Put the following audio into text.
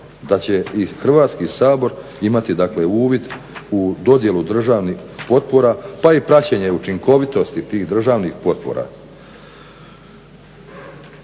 da će i Hrvatski sabor imati dakle uvid u dodjelu državnih potpora pa i praćenje učinkovitosti tih državnih potpora?